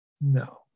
No